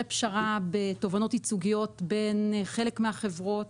פשרה בתובענות ייצוגיות בין חלק מהחברות,